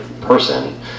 person